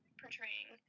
portraying